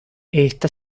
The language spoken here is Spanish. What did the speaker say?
está